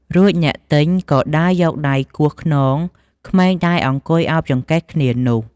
រួចអ្នកទិញក៏ដើរយកដៃគោះខ្នងក្មេងដែលអង្គុយឱបចង្កេះគ្នានោះ ។